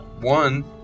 one